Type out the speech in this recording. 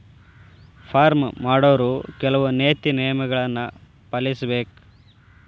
farm ಮಾಡೊವ್ರು ಕೆಲ್ವ ನೇತಿ ನಿಯಮಗಳನ್ನು ಪಾಲಿಸಬೇಕ